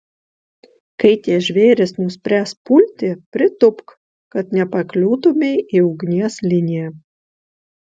kai tie žvėrys nuspręs pulti pritūpk kad nepakliūtumei į ugnies liniją